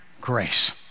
grace